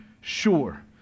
sure